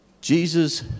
Jesus